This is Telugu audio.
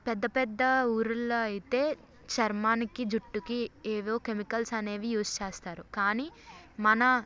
పెద్ద పెద్ద ఊరిలో అయితే చర్మానికి జుట్టుకి ఏవో కెమికల్స్ అనేవి యూజ్ చేస్తారు కానీ మన